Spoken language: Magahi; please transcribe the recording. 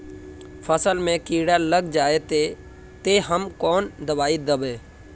फसल में कीड़ा लग जाए ते, ते हम कौन दबाई दबे?